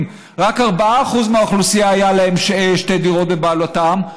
רק ל-4% מהאוכלוסייה היו שתי דירות בבעלותם,